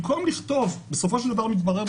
בסופו של דבר מתברר,